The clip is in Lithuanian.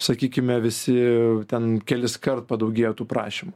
sakykime visi ten keliskart padaugėjo tų prašymų